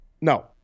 No